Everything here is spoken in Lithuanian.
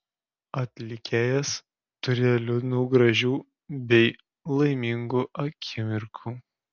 atlikėjas turėjo liūdnų gražių bei laimingų akimirkų